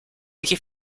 iki